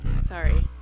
Sorry